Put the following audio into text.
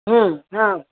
हां